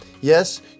Yes